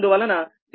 అందువలన d12 d21 D